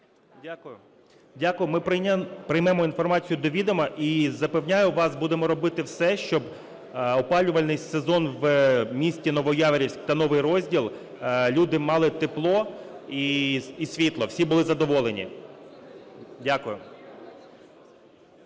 Дякую. Ми приймемо інформацію до відома, і запевняю вас, будемо робити все, щоб опалювальний сезон в місті Новояворівськ та Новий Розділ люди мали тепло і світло, всі були задоволені. Дякую.